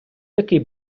такий